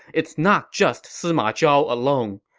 it's not just sima zhao alone.